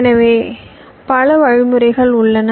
எனவேபல வழிமுறைகள் உள்ளன